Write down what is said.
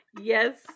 Yes